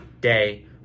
day